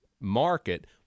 market